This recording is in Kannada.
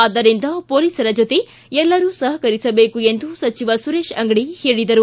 ಆದ್ದರಿಂದ ಪೊಲೀಸರ ಜತೆ ಎಲ್ಲರೂ ಸಹಕರಿಸಬೇಕು ಎಂದು ಸಚಿವ ಸುರೇಶ್ ಅಂಗಡಿ ಹೇಳಿದರು